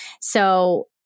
So-